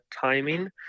timing